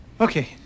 Okay